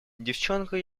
девчонку